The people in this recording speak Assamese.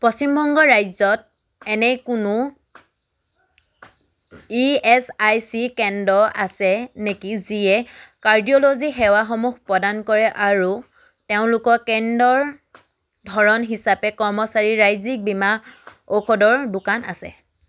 পশ্চিম বংগ ৰাজ্যত এনে কোনো ই এছ আই চি কেন্দ্ৰ আছে নেকি যিয়ে কাৰ্ডিঅ'লজি সেৱাসমূহ প্ৰদান কৰে আৰু তেওঁলোকৰ কেন্দ্ৰৰ ধৰণ হিচাপে কৰ্মচাৰীৰ ৰাজ্যিক বীমা ঔষধৰ দোকান আছে